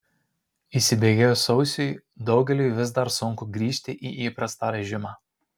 įsibėgėjus sausiui daugeliui vis dar sunku grįžti į įprastą režimą